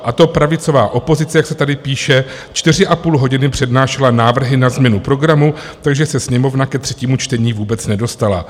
A to pravicová opozice, jak se tady píše, čtyři a půl hodiny přednášela návrhy na změnu programu, takže se Sněmovna ke třetímu čtení vůbec nedostala.